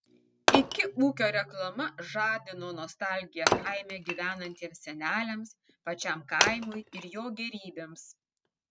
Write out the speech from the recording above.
iki ūkio reklama žadino nostalgiją kaime gyvenantiems seneliams pačiam kaimui ir jo gėrybėms